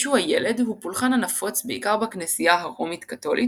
ישו הילד – הוא פולחן הנפוץ בעיקר בכנסייה הרומית קתולית